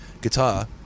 guitar